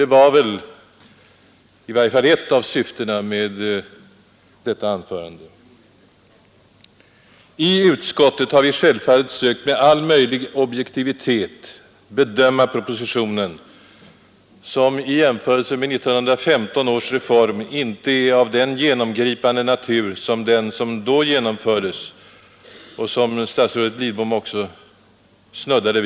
Det var väl i varje fall ett av syftena med det anförandet. I utskottet har vi självfallet sökt att med all möjlig objektivitet bedöma propositionen, som i jämförelse med 1915 års reform — som statsrådet Lidbom också snuddade vid — inte är av den genomgripande natur som den som då genomfördes.